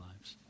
lives